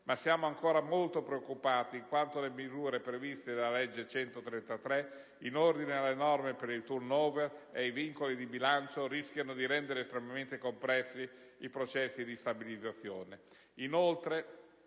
ma siamo ancora molto preoccupati in quanto le misure previste dalla legge n. 133 del 2008 - in ordine alle norme per il *turnover* ed ai vincoli di bilancio - rischiano di rendere estremamente complessi i processi di stabilizzazione. Inoltre,